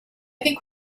think